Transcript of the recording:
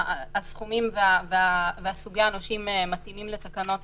הסכומים וסוגי הנושים מתאימים לתקנות